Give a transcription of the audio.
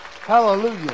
Hallelujah